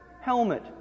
Helmet